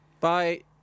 Bye